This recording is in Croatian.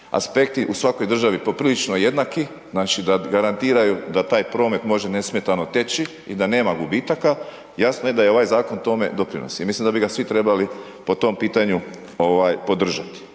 aspekti u svakoj državi poprilično jednaki, znači da garantiraju da taj promet može nesmetano teći i da nema gubitaka, jasno je da i ovaj zakon tome doprinosi, ja mislim da bi ga svi trebali po tom pitanju ovaj podržati